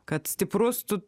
kad stiprus tu